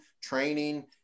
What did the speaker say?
training